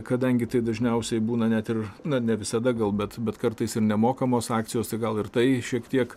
kadangi tai dažniausiai būna net ir na ne visada gal bet bet kartais ir nemokamos akcijos gal ir tai šiek tiek